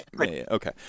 okay